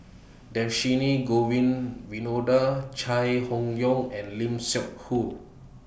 Dhershini Govin Winodan Chai Hon Yoong and Lim Seok Hu